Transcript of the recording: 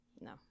No